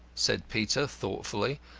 said peter, thoughtfully.